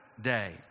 day